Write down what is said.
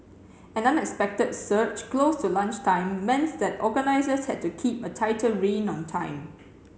an unexpected surge close to lunchtime meant that organisers had to keep a tighter rein on time